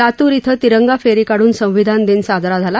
लातूर इथं तिरंगा फेरी काढून संविधान दिन साजरा झाला